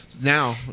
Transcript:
now